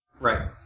Right